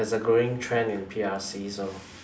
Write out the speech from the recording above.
there's a growing trend in P_R_Cs lor